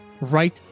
right